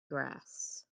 grass